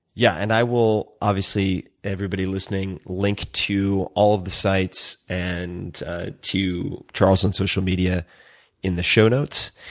yeah, and i will obviously, everybody listening, link to all of the sites and to charles on social media in the show notes.